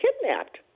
kidnapped